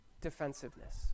defensiveness